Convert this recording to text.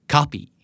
Copy